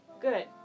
Good